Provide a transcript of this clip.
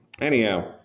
Anyhow